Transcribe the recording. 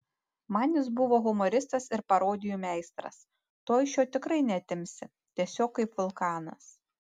man jis buvo humoristas ir parodijų meistras to iš jo tikrai neatimsi tiesiog kaip vulkanas